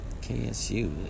KSU